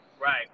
Right